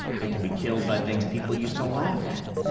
they can be killed by things people used to laugh at.